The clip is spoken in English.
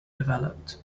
developed